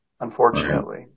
Unfortunately